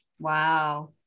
wow